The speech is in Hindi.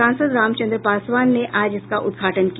सांसद रामचंद्र पासवान ने आज इसका उद्घाटन किया